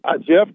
Jeff